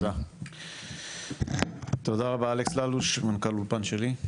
תודה רבה, אלכס ללוש, מנכ"ל אולפן שלי.